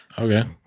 Okay